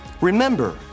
Remember